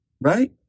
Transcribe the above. right